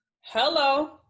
Hello